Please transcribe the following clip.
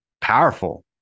powerful